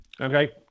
okay